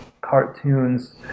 cartoons